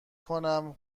کنم